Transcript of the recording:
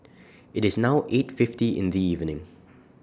IT IS now eight fifty in The evening